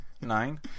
Nine